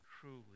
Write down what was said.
truly